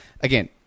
again